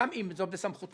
גם אם זה בסמכותה,